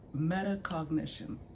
metacognition